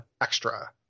extra